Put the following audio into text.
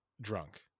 drunk